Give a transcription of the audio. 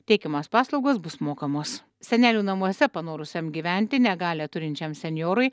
teikiamos paslaugos bus mokamos senelių namuose panorusiam gyventi negalią turinčiam senjorui